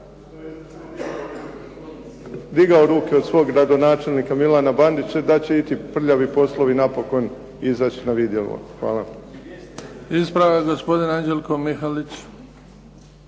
digao ruke od svog gradonačelnika Milana Bandića, da će i ti prljavi poslovi napokon izaći na vidjelo. Hvala. **Bebić, Luka (HDZ)** Ispravak gospodine Anđelko Mihalić.